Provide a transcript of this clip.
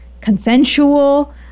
consensual